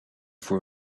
for